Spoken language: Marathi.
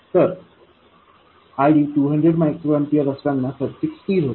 तर ID 200μA असताना सर्किट स्थिर होते